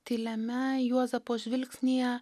tyliame juozapo žvilgsnyje